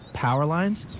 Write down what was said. power lines,